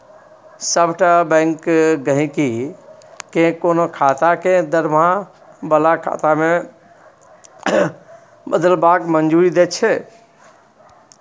सभटा बैंक गहिंकी केँ कोनो खाता केँ दरमाहा बला खाता मे बदलबाक मंजूरी दैत छै